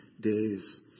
days